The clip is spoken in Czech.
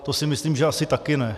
To si myslím, že asi taky ne.